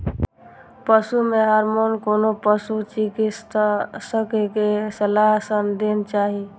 पशु मे हार्मोन कोनो पशु चिकित्सक के सलाह सं देना चाही